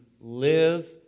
live